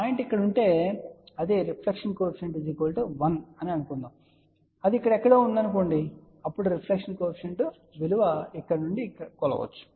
point ఇక్కడ ఉంటే అది రిఫ్లెక్షన్ కోఎఫిషియంట్1 అని అనుకుందాం అది ఇక్కడ ఎక్కడో ఉంటే అప్పుడు రిఫ్లెక్షన్ కోఎఫిషియంట్ విలువను ఇక్కడ నుండి కొలవవచ్చు